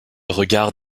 regard